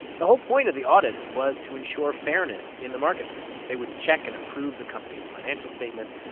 the whole point of the audits was to ensure fairness in the marketplace. they would check and improve the company's financial statements.